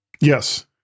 Yes